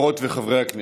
חברות וחברי הכנסת,